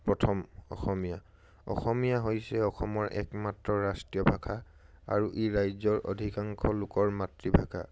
প্ৰথম অসমীয়া অসমীয়া হৈছে অসমৰ একমাত্ৰ ৰাষ্ট্ৰীয় ভাষা আৰু ই ৰাজ্যৰ অধিকাংশ লোকৰ মাতৃভাষা